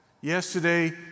Yesterday